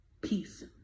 peace